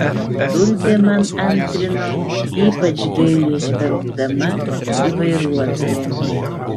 tulpė man antrino ypač gailiai žvelgdama į vairuotoją